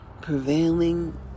prevailing